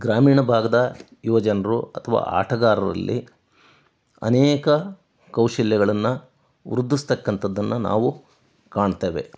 ಗ್ರಾಮೀಣ ಭಾಗದ ಯುವ ಜನರು ಅಥ್ವಾ ಆಟಗಾರರಲ್ಲಿ ಅನೇಕ ಕೌಶಲ್ಯಗಳನ್ನು ವೃದ್ಧಿಸತಕ್ಕಂಥದ್ದನ್ನು ನಾವು ಕಾಣ್ತೇವೆ